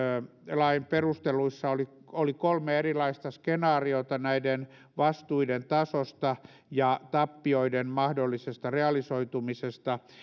lain perusteluissa oli oli kolme erilaista skenaariota näiden vastuiden tasosta ja tappioiden mahdollisesta realisoitumisesta